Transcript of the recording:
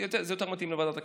זה יותר מתאים לוועדת הכלכלה.